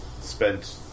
spent